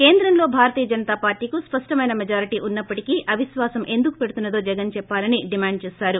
కేంద్రంలో భాజపాకు స్పష్టమైన మెజారిటీ ఉన్నప్పటికీ అవిశ్వాసం ఎందుకు పెడుతున్నారో జగన్ చెప్పాలని డిమాండ్ చేశారు